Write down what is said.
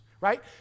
right